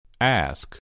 Ask